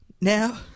Now